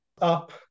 up